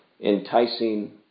enticing